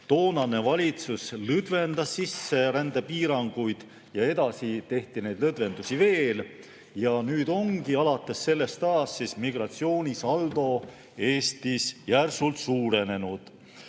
toonane valitsus lõdvendas sisserändepiiranguid ja edasi tehti neid lõdvendusi veel ja nüüd ongi alates sellest ajast migratsioonisaldo Eestis järsult suurenenud.